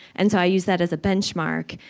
and so i use that as a benchmark.